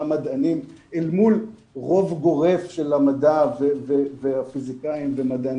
מדענים אל מול רוב גורף של המדע והפיסיקאים ומדעני האקלים.